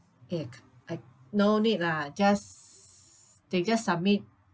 eh I c~ I no need lah just they just submit